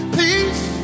Please